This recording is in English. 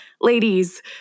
ladies